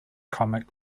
comic